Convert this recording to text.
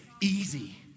easy